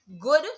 good